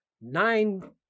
nine